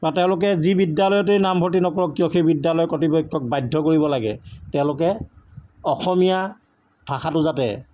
বা তেওঁলোকে যি বিদ্যালয়তেই নামভৰ্ত্তি নকৰক কিয় সেই বিদ্যালয় কৰ্তৃপক্ষক বাধ্য কৰিব লাগে তেওঁলোকে অসমীয়া ভাষাটো যাতে